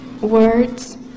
words